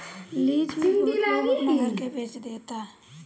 lease पे बहुत लोग अपना घर के बेच देता